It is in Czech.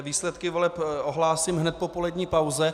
Výsledky voleb ohlásím hned po polední pauze.